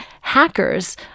hackers